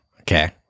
Okay